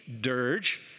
dirge